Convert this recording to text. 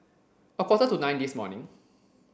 a quarter to nine this morning